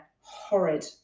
Horrid